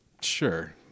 Sure